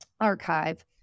Archive